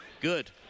Good